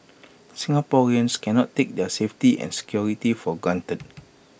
Singaporeans cannot take their safety and security for granted